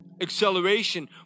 Acceleration